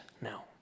now